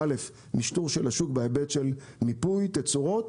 א' במשטור של השוק בהיבט של מיפוי תצורות,